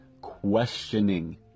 Questioning